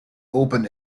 open